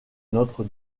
notre